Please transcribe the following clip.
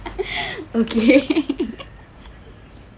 okay